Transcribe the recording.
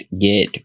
get